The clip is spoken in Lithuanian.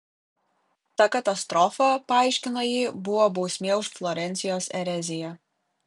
ta katastrofa paaiškino ji buvo bausmė už florencijos ereziją